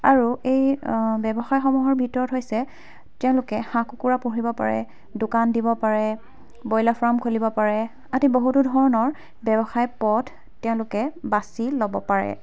আৰু এই ব্য়ৱসায়সমূহৰ ভিতৰত হৈছে তেওঁলোকে হাঁহ কুকুৰা পুহিব পাৰে দোকান দিব পাৰে ব্ৰয়লাৰ ফাৰ্ম খুলিব পাৰে আদি বহুতো ধৰণৰ ব্য়ৱসায় পথ তেওঁলোকে বাচি ল'ব পাৰে